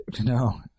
No